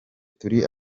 turi